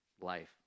life